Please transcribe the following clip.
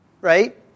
right